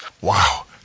Wow